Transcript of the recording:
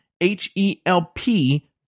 H-E-L-P